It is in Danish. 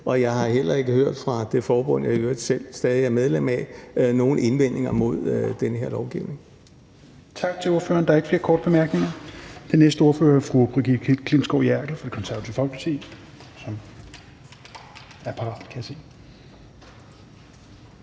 og jeg har heller ikke hørt fra det forbund, jeg i øvrigt selv stadig er medlem af, nogen indvendinger mod den her lovgivning.